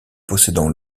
possédant